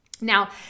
Now